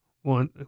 One